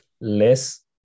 less